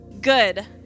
Good